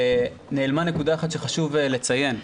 ונעלמה נקודה אחת שחשוב לציין.